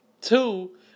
Two